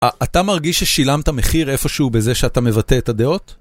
אתה מרגיש ששילמת מחיר איפשהו בזה שאתה מבטא את הדעות?